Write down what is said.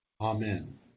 Amen